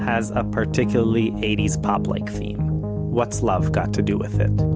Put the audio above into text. has a particularly eighties-pop-like theme what's love got to do with it?